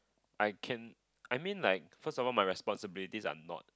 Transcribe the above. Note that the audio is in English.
I can I mean like first of all my responsibilities are not